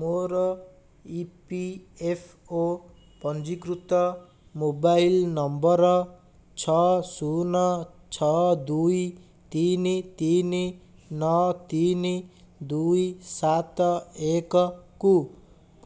ମୋର E P F O ପଞ୍ଜୀକୃତ mobile number ଛଅ ଶୂନ ଛଅ ଦୁଇ ତିନି ତିନି ନଅ ତିନି ଦୁଇ ସାତ ଏକ କୁ